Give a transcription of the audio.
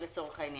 בעזרת ה',